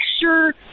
sure